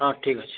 ହଁ ଠିକ୍ ଅଛେ